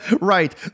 right